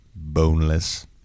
Boneless